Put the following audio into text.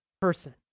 person